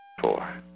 Four